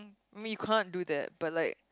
we can't do that but like